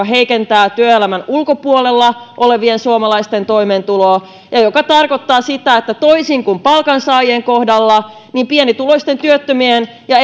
heikentävät työelämän ulkopuolella olevien suomalaisten toimeentuloa ja jotka tarkoittavat sitä että toisin kuin palkansaajien kohdalla pienituloisten työttömien ja